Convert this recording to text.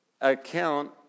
account